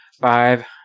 Five